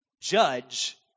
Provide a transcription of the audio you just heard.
judge